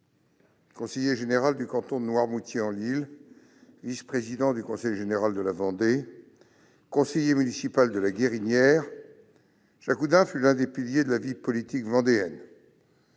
Conseiller général du canton de Noirmoutier-en-l'Île, vice-président du conseil général de la Vendée, conseiller municipal de La Guérinière, Jacques Oudin fut l'un des piliers de la vie politique vendéenne.